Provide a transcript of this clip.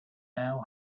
now